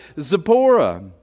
Zipporah